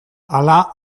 hala